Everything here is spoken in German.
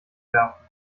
werfen